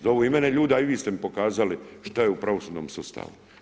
Zovu i mene ljude, a i vi ste mi pokazali šta je u pravosudnom sustavu.